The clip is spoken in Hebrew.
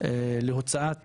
להוצאת צווים,